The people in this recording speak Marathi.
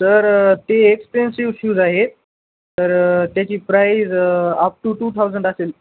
सर ते एक्सपेन्सिव्ह शूज आहेत तर त्याची price up to two thousand असेल